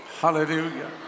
Hallelujah